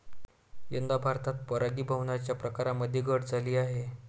यंदा भारतात परागीभवनाच्या प्रकारांमध्ये घट झाली आहे